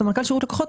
סמנכ"ל שירות לקוחות,